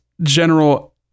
general